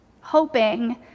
hoping